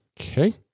Okay